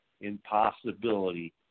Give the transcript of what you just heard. impossibility